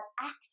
access